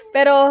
Pero